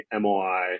MOI